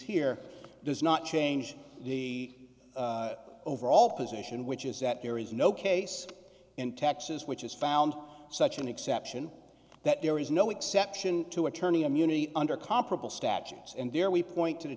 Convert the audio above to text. here does not change the overall position which is that there is no case in texas which is found such an exception that there is no exception to attorney immunity under comparable statutes and there we point to the